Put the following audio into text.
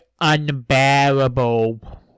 unbearable